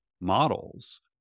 models